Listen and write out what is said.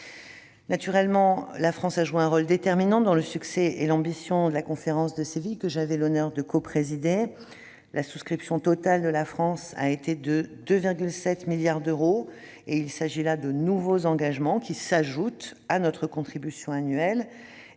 Naturellement, la France a joué un rôle déterminant dans le succès et l'ambition de la conférence de Séville, que j'avais l'honneur de coprésider. La souscription totale de notre pays a été de 2,7 milliards d'euros, des nouveaux engagements qui s'ajoutent à notre contribution annuelle